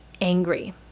angry